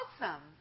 awesome